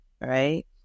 right